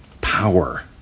power